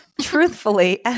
truthfully